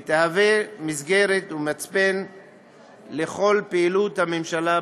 ותהווה מסגרת ומצפן לכל פעילות הממשלה בתחום.